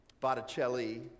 Botticelli